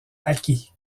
acquis